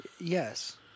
Yes